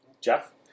Jeff